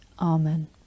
Amen